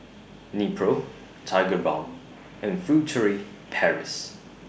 Nepro Tigerbalm and Furtere Paris